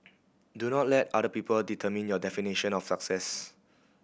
do not let other people determine your definition of success